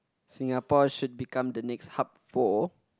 Singapore should become the next hub for